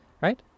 right